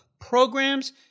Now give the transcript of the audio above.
programs